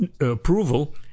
approval